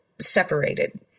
separated